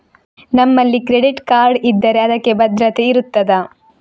ನಮ್ಮಲ್ಲಿ credit card ಇದ್ದರೆ ಅದಕ್ಕೆ ಭದ್ರತೆ ಇರುತ್ತದಾ?